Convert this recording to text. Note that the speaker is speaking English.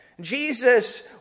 Jesus